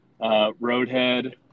roadhead